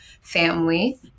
family